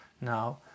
now